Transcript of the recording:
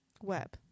web